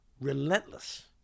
Relentless